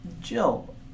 Jill